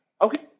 Okay